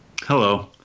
Hello